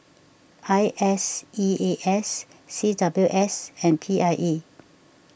I S E A S C W S and P I E